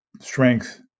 strength